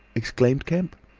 exclaimed kemp.